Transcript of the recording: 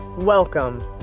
Welcome